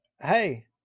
hey